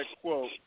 quote